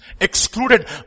excluded